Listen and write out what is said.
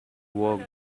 work